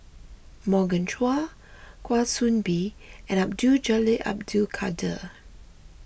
Morgan Chua Kwa Soon Bee and Abdul Jalil Abdul Kadir